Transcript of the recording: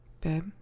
babe